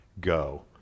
go